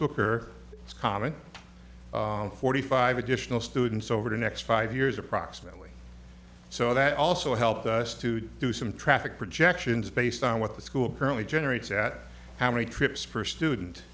is common in forty five additional students over the next five years approximately so that also helped us to do some traffic projections based on what the school apparently generates at how many trips per student